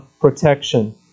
protection